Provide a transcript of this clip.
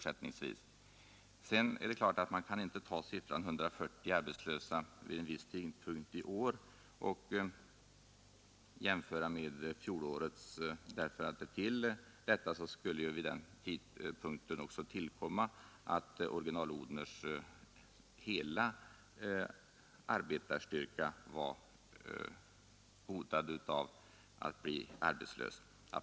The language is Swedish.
Sedan vill jag säga att man inte kan ta siffran 140 arbetslösa vid en viss tidpunkt i år och jämföra med fjolårets siffror, därför att vid den tidpunkten var Original-Odhners hela arbetsstyrka hotad av arbetslöshet.